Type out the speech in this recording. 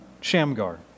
Shamgar